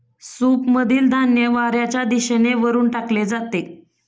सूपमधील धान्य वाऱ्याच्या दिशेने वरून टाकले जाते